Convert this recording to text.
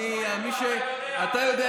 אתה יודע,